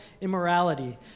immorality